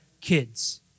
kids